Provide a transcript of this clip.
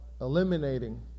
eliminating